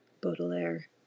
Baudelaire